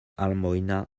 almoina